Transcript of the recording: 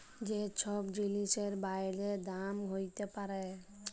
যে ছব জিলিসের বাইড়ে দাম হ্যইতে পারে